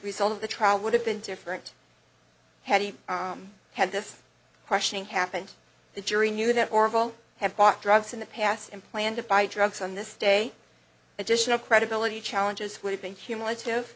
result of the trial would have been different had he had this questioning happened the jury knew that horrible had bought drugs in the past and planned to buy drugs on this day edition of credibility challenges would have been cumulative